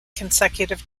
consecutive